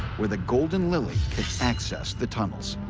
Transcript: where the golden lily could access the tunnels.